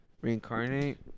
Reincarnate